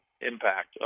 impact